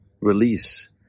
release